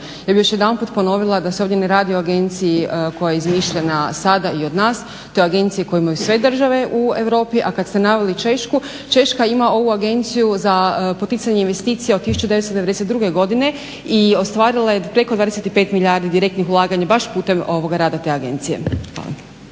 Ja bih još jedanput ponovila da se ovdje ne radi o agenciji koja je izmišljena sada i od nas, to je agencija koju imaju sve države u Europi. A kad ste naveli Češku, Češka ima ovu Agenciju za poticanje investicija od 1992. godine i ostvarila je 25 milijardi direktnih ulaganja baš putem rada te agencije.